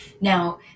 Now